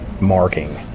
marking